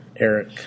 Eric